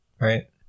right